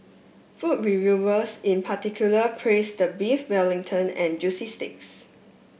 food reviewers in particular praised the Beef Wellington and juicy steaks